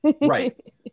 Right